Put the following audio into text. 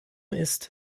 ist